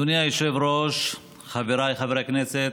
אדוני היושב-ראש, חבריי חברי הכנסת,